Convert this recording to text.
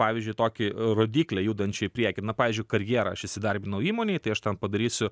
pavyzdžiui tokį rodyklę judančią į priekį na pavyzdžiui karjerą aš įsidarbinau įmonėj tai aš ten padarysiu